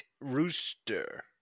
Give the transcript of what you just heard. rooster